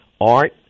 art